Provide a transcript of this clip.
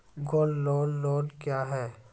Gold loan loan क्या हैं?